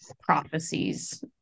prophecies